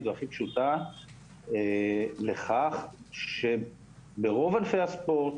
והכי פשוטה לכך שברוב ענפי הספורט,